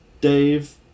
Dave